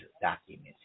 documents